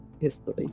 history